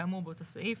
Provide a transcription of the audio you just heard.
כאמור באותו סעיף.